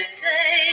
say